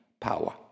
power